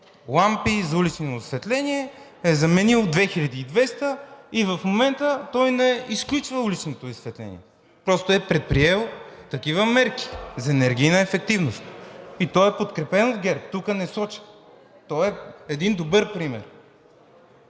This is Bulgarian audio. лампи за улично осветление е заменил 2200 и в момента той не изключва уличното осветление. Просто е предприел такива мерки за енергийна ефективност. И той е подкрепен от ГЕРБ – тука не соча, той е един добър пример.